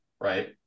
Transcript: right